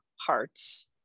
hearts